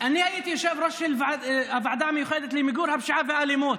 אני הייתי יושב-ראש של הוועדה המיוחדת למיגור הפשיעה והאלימות,